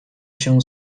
się